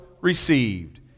received